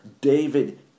David